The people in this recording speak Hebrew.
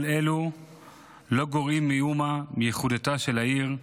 כל אלו לא גורעים מאומה מייחודיותה של העיר.